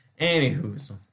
Anywho